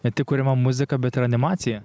ne tik kuriama muzika bet ir animacija